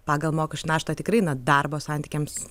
pagal mokesčių naštą tikrai darbo santykiams